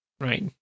right